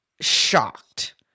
shocked